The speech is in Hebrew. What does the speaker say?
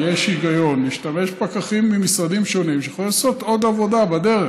יש היגיון להשתמש בפקחים ממשרדים שונים שיכולים לעשות עוד עבודה בדרך,